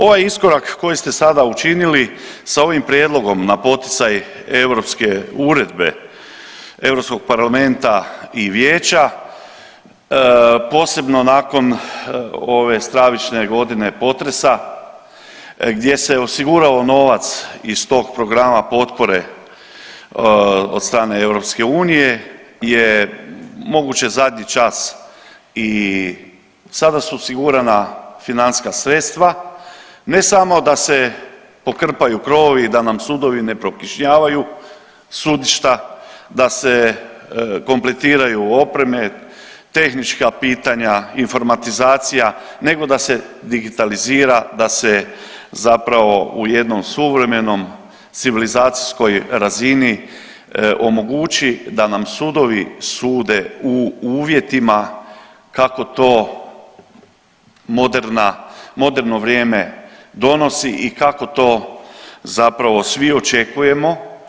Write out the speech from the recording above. Ovaj iskorak koji ste sada učinili sa ovim prijedlogom na poticaj europske uredbe Europskog parlamenta i Vijeća, posebno nakon ove stravične godine potresa gdje se osigurao novac iz tog programa potpore od strane EU je moguće zadnji čas i sada su osigurana financijska sredstva ne samo da se pokrpaju krovovi da nam sudovi ne prokišnjavaju, sudišta, da se kompletiraju opreme, tehnička pitanja, informatizacija nego da se digitalizira, da se zapravo u jednom suvremenoj civilizacijskoj razini omogući da nam sudovi sude u uvjetima kako to moderno vrijeme donosi i kako to zapravo svi očekujemo.